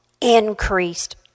increased